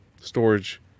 storage